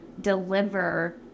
deliver